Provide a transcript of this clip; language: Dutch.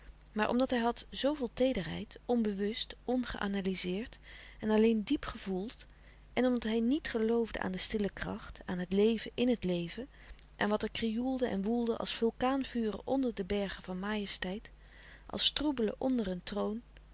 maar omdat hij had zooveel teederheid onbewust ongeanalyzeerd en alleen diep gevoeld en omdat hij niet geloofde aan de stille kracht aan het leven in het leven aan wat er krioelde en woelde als vulkaanvuren onder de bergen van majesteit als troebelen onder een troon